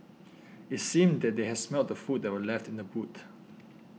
it seemed that they had smelt the food that were left in the boot